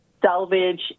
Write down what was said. Salvage